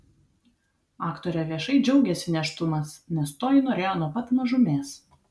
aktorė viešai džiaugiasi nėštumas nes to ji norėjo nuo pat mažumės